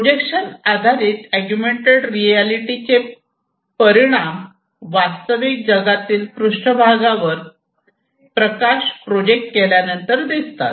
projection आधारित augmented रियालिटीचे परिणाम वास्तविक जगातील पृष्ठभाग भागावर प्रकाश प्रोजेक्ट केल्यानंतर दिसतात